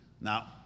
Now